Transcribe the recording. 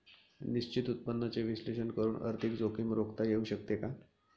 निश्चित उत्पन्नाचे विश्लेषण करून आर्थिक जोखीम रोखता येऊ शकते का?